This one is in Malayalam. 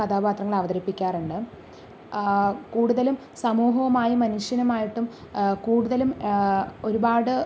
കഥാപാത്രങ്ങളെ അവതരിപ്പിക്കാറുണ്ട് കൂടുതലും സമൂഹമായും മനുഷ്യനുമായിട്ടും കൂടുതലും ഒരുപാട്